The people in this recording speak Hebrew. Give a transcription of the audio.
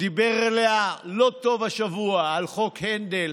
דיבר עליה לא טוב השבוע, על חוק הנדל